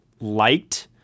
liked